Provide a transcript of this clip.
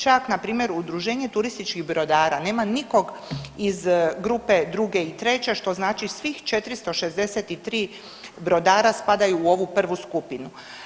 Čak npr. Udruženje turističkih brodara nema nikog iz grupe druge i treće, što znači svih 463 brodara spadaju u ovu prvu skupinu.